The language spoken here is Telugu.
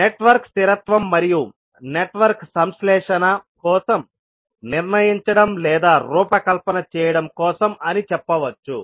నెట్వర్క్ స్థిరత్వం మరియు నెట్వర్క్ సంశ్లేషణ కోసం నిర్ణయించడం లేదా రూపకల్పన చేయడం కోసం అని చెప్పవచ్చు